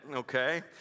Okay